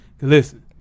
Listen